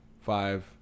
five